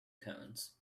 cones